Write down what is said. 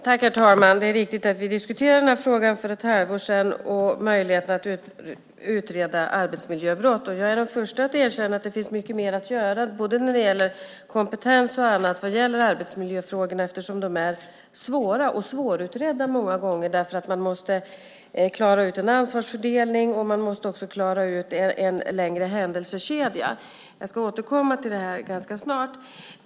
Herr talman! Det är riktigt att vi diskuterade den här frågan om möjligheten att utreda arbetsmiljöbrott för ett halvår sedan. Jag är den första att erkänna att det finns mycket mer att göra när det gäller kompetens och annat i arbetsmiljöfrågor eftersom de många gånger är svåra och svårutredda. Man måste klara ut en ansvarsfördelning och en längre händelsekedja. Jag ska återkomma till detta ganska snart.